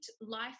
life